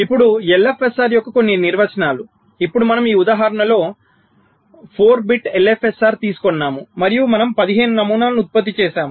ఇప్పుడు LFSR యొక్క కొన్ని నిర్వచనాలు ఇప్పుడు మనం ఈ ఉదాహరణలో 4 బిట్ ఎల్ఎఫ్ఎస్ఆర్ తీసుకున్నాము మరియు మనం 15 నమూనాలను ఉత్పత్తి చేసాము